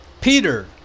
Peter